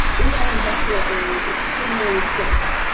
in our industrial areas that similarly critical,